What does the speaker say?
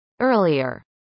earlier